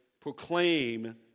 proclaim